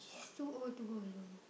too old to go alone